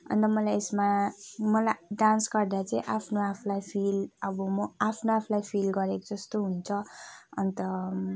अन्त मलाई यसमा मलाई डान्स गर्दा चाहिँ आफ्नो आफूलाई फिल अब म आफ्नो आफूलाई फिल गरेको जस्तो हुन्छ अन्त